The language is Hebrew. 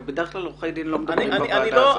בדרך כלל עורכי דין לא מדברים בוועדה הזו.